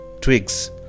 twigs